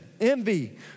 envy